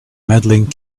medaling